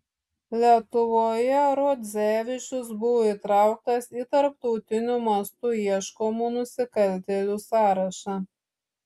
lietuvoje rodzevičius buvo įtrauktas į tarptautiniu mastu ieškomų nusikaltėlių sąrašą